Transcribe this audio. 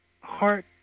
heart